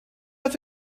oedd